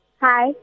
Hi